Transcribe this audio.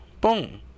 Boom